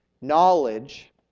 knowledge